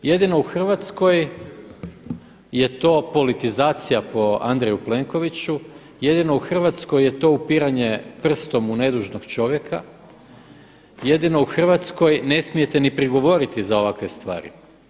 Jedino u Hrvatskoj je to politizacija po Andreju Plenkoviću, jedino u Hrvatskoj je to upiranje prstom u nedužnog čovjeka, jedino u Hrvatskoj ne smijete ni prigovoriti za ovakve stvari.